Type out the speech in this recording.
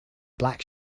black